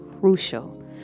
crucial